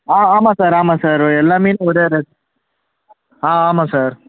ஆ ஆமாம் சார் ஆமாம் சார் எல்லா மீனும் ஒரே ரேட் ஆ ஆமாம் சார்